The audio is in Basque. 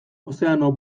ozeano